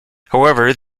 however